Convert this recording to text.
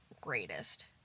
greatest